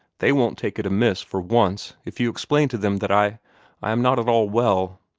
they won't take it amiss for once if you explain to them that i i am not at all well.